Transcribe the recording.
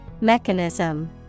Mechanism